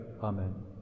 Amen